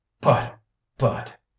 but-but